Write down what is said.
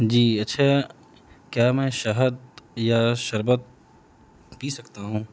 جی اچھا کیا میں شہد یا شربت پی سکتا ہوں